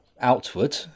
outward